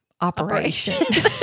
Operation